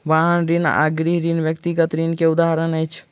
वाहन ऋण आ गृह ऋण व्यक्तिगत ऋण के उदाहरण अछि